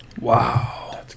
wow